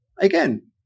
again